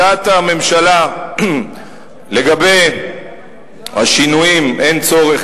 על הודעת הממשלה לגבי השינויים אין צורך,